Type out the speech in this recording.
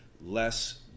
Less